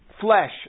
flesh